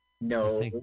No